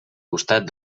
costat